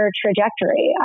trajectory